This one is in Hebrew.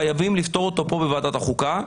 חייבים לפתור אותו פה בוועדת החוקה.